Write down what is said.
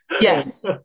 Yes